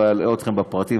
לא אלאה אתכם בפרטים,